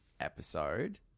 episode